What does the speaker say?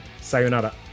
Sayonara